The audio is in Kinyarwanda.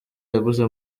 yaguze